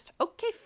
Okay